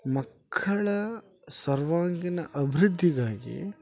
ಮಕ್ಕಳ ಸರ್ವಾಂಗೀಣ ಅಭಿವೃದ್ಧಿಗಾಗಿ